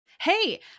Hey